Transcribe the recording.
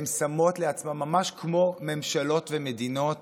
ממש כמו ממשלות ומדינות